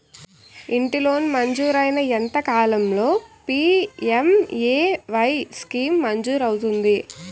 ఇంటి లోన్ మంజూరైన ఎంత కాలంలో పి.ఎం.ఎ.వై స్కీమ్ మంజూరు అవుతుంది?